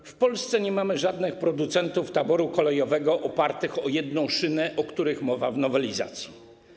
W Polsce nie mamy żadnych producentów taboru kolejowego opartego o jedną szynę, o którym mowa w nowelizacji.